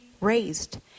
raised